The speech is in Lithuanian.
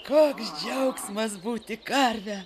koks džiaugsmas būti karve